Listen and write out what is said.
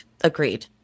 Agreed